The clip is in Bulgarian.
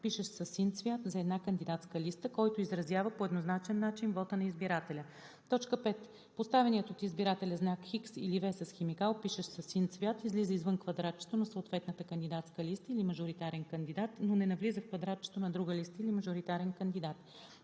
пишещ със син цвят, за една кандидатска листа, който изразява по еднозначен начин вота на избирателя; 5. поставеният от избирателя знак „Х“ или „V“ с химикал, пишещ със син цвят, излиза извън квадратчето на съответната кандидатска листа или мажоритарен кандидат, но не навлиза в квадратчето на друга листа или мажоритарен кандидат;